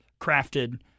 crafted